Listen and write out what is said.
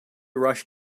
rush